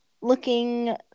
looking